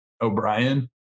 O'Brien